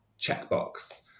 checkbox